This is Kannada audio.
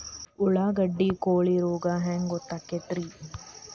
ಉಳ್ಳಾಗಡ್ಡಿ ಕೋಳಿ ರೋಗ ಹ್ಯಾಂಗ್ ಗೊತ್ತಕ್ಕೆತ್ರೇ?